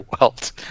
welt